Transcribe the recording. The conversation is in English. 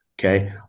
Okay